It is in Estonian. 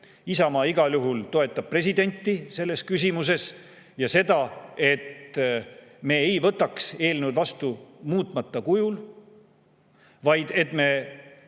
Isamaa igal juhul toetab presidenti selles küsimuses ja seda, et me ei võtaks seda eelnõu vastu muutmata kujul, vaid et me